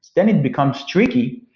then it becomes tricky,